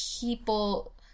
people